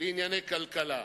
לענייני כלכלה.